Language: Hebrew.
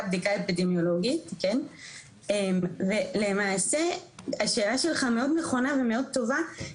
בדיקה אפידמיולוגית ולמעשה השאלה שלך מאוד נכונה ומאוד טובה,